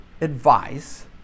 advice